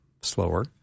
Slower